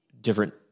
different